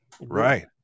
Right